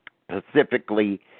specifically